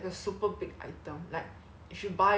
then 你拿到一个免费的橱